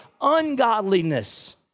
Ungodliness